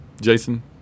Jason